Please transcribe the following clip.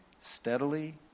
Steadily